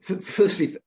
Firstly